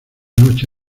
noche